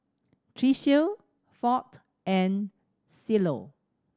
Tricia Fount and Cielo